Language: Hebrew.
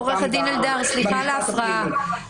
עו"ד אלדר, סליחה על ההפרעה.